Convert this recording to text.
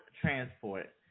transport